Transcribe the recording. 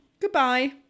Goodbye